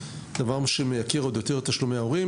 דבר שמייקר עוד יותר את תשלומי ההורים.